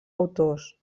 autors